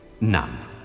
none